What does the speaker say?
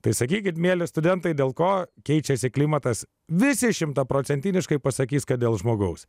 tai sakykit mieli studentai dėl ko keičiasi klimatas visi šimtaprocentiniškai pasakys kad dėl žmogaus